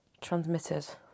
transmitters